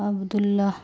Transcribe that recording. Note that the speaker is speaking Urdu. عبد اللہ